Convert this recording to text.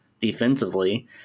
defensively